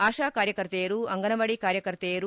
ಆಶಾ ಕಾರ್ಯಕರ್ತೆಯರು ಅಂಗನವಾಡಿ ಕಾರ್ಯಕರ್ತೆಯರು